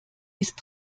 ist